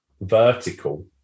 vertical